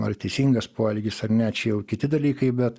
ar teisingas poelgis ar ne čia jau kiti dalykai bet